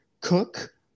cook